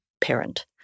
parent